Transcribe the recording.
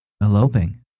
eloping